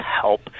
help